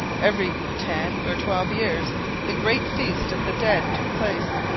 every ten or twelve years the great feast of the dead took place.